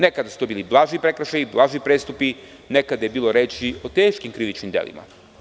Nekad su to bili blaži prekršaji, blaži prestupi, nekada je bilo reči o teškim krivičnim delima.